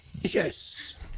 Yes